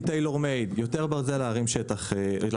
Taylor made ; יותר ברזל להרים את הגובה.